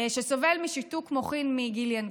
וסובל משיתוק מוחין מגיל ינקות.